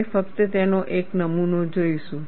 આપણે ફક્ત તેનો એક નમૂનો જોઈશું